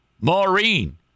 maureen